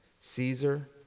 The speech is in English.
Caesar